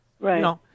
Right